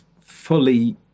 fully